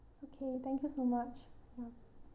okay thank you so much ya